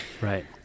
right